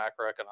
macroeconomic